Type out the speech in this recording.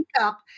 up